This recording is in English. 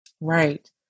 Right